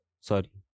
sorry